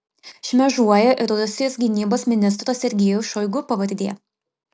šmėžuoja ir rusijos gynybos ministro sergejaus šoigu pavardė